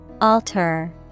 Alter